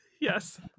Yes